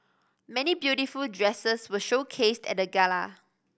many beautiful dresses were showcased at the gala